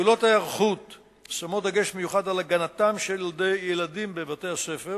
פעולות ההיערכות שמות דגש מיוחד על הגנתם של ילדים בבתי-הספר.